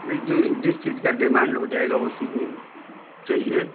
नहीं जिस चीज का डिमांड हो जाएगा उसी दिन चाहिए